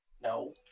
no